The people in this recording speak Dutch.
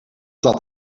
dat